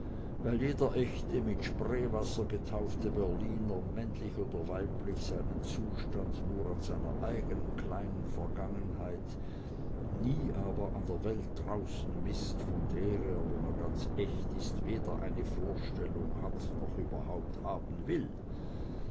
weil jeder echte mit spreewasser getaufte berliner männlich oder weiblich seinen zustand nur an seiner eignen kleinen vergangenheit nie aber an der welt draußen mißt von der er wenn er ganz echt ist weder eine vorstellung hat noch überhaupt haben will